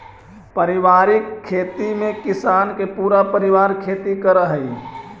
पारिवारिक खेती में किसान के पूरा परिवार खेती करऽ हइ